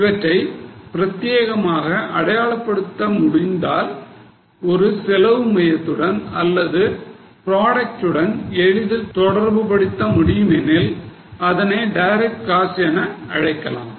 இவற்றை பிரத்தியேகமாக அடையாளப்படுத்த முடிந்தால் ஒரு செலவு மையத்துடன் அல்லது ப்ராடக்ட் உடன் எளிதில் தொடர்பு படுத்த முடியுமெனில் அதனை டைரக்ட் காஸ்ட் என அழைக்கலாம்